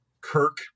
Kirk